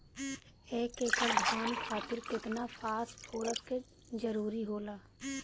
एक एकड़ धान खातीर केतना फास्फोरस के जरूरी होला?